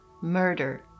murder